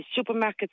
supermarkets